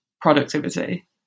productivity